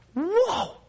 whoa